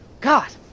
God